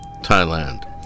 Thailand